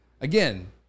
Again